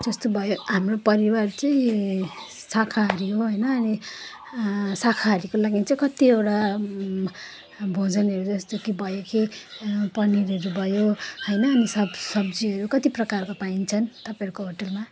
जस्तो भयो हाम्रो परिवार चाहिँ शाकाहारी हो होइन अनि शाकाहारीको लागि चाहिँ कतिवटा भोजनहरू जस्तो कि भयो कि पनिरहरू भयो होइन अनि सब सब्जीहरू कति प्रकारको पाइन्छन् तपाईँहरूको होटलमा